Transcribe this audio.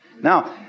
Now